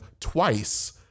twice